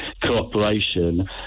cooperation